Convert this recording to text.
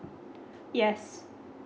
yes